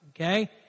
okay